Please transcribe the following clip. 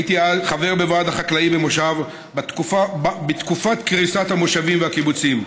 אז הייתי חבר בוועד החקלאי במושב בתקופת קריסת המושבים והקיבוצים.